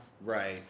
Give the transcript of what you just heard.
Right